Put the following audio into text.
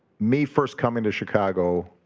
me first coming to chicago